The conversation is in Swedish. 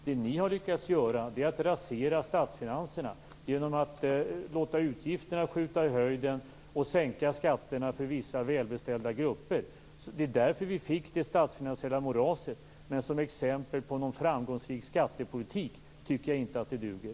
Det som ni har lyckats göra är att rasera statsfinanserna genom att låta utgifterna skjuta i höjden och sänka skatterna för vissa välbeställda grupper. Det var därför vi fick det statsfinansiella moraset. Men som något exempel på någon framgångsrik skattepolitik tycker jag inte att det duger.